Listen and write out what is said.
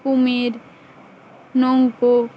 কুমীর নৌকো